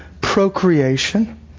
procreation